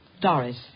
Doris